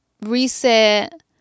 reset